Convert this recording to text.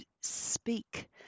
speak